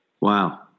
Wow